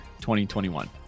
2021